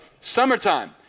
summertime